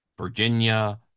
Virginia